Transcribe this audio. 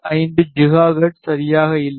75 gigahertz சரியாக இல்லை